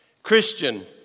Christian